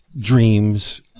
dreams